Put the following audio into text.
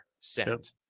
sent